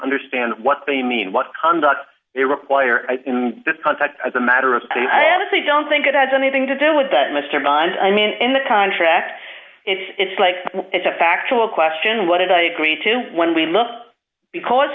understand what they mean what conduct they require in this context as a matter of i honestly don't think it has anything to do with that mr bond i mean in the contract it's like it's a factual question what did i agree to when we must because